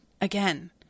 Again